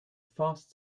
fast